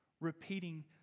repeating